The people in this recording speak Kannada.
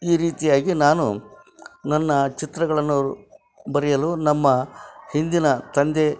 ಈ ರೀತಿಯಾಗಿ ನಾನು ನನ್ನ ಚಿತ್ರಗಳನು ಅವರು ಬರೆಯಲು ನಮ್ಮ ಹಿಂದಿನ ತಂದೆ